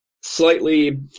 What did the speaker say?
slightly